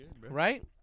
right